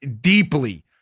deeply